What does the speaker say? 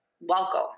welcome